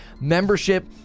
membership